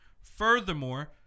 Furthermore